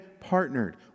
partnered